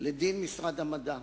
כדין משרד המדע,